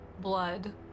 blood